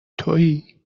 توئی